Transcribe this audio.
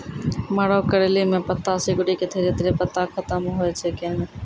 मरो करैली म पत्ता सिकुड़ी के धीरे धीरे पत्ता खत्म होय छै कैनै?